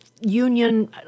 union